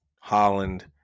Holland